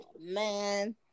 man